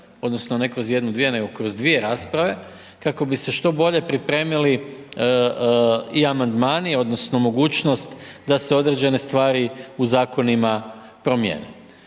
odnosno, ne kroz jednu, dvije, nego kroz dvije rasprave kako bi se što bolje pripremili i amandmani odnosno, mogućnost da se određene stvari u zakonima promijene.